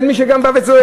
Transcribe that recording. אין מי שגם בא וצועק.